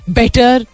better